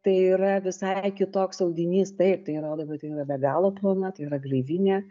tai yra visai kitoks audinys taip tai yra oda bet tai yra be galo plona tai yra gleivinė